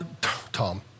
Tom